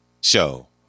Show